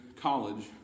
college